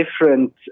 different